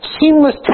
seamless